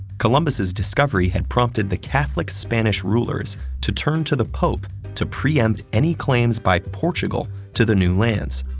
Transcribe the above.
columbus's discovery had prompted the catholic spanish rulers to turn to the pope to preempt any claims by portugal to the new lands.